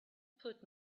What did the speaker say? put